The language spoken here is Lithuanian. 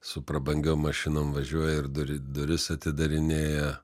su prabangiom mašinom važiuoja ir duri duris atidarinėja